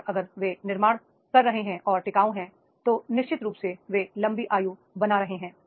और अगर वे निर्माण कर रहे हैं और टिकाऊ हैं तो निश्चित रूप से वे लंबी आयु बना रहे हैं